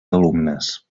alumnes